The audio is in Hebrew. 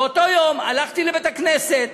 באותו יום הלכתי לבית-הכנסת,